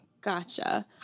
Gotcha